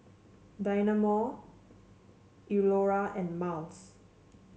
Dynamo Iora and Miles